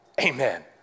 Amen